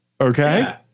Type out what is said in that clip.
Okay